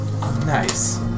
Nice